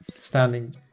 standing